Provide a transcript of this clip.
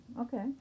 okay